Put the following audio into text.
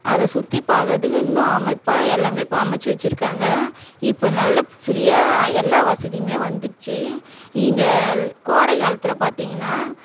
அதை சுத்தி பார்க்கறதுக்கு இன்னும் அமைப்பாக எல்லாமே பா அமைச்சி வச்சிருக்காங்க இப்போ நல்லா ஃப்ரீயாக எல்லா வசதியுமே வந்துடுச்சி இங்கே கோடை காலத்தில் பார்த்தீங்கன்னா